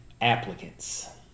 applicants